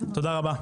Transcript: תודה רבה.